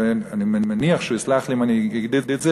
ואני מניח שהוא יסלח לי אם אגיד את זה,